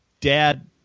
dad